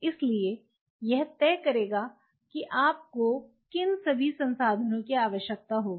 इसलिए यह तय करेगा कि आपको किन सभी संसाधनों की आवश्यकता होगी